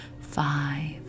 Five